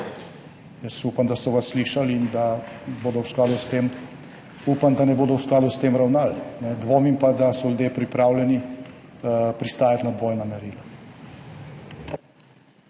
upam, da so vas slišali, in upam, da ne bodo v skladu s tem ravnali, dvomim pa, da so ljudje pripravljeni pristajati na dvojna merila.